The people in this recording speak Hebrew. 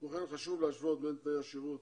כמו כן חשוב להשוות בין תנאי השירות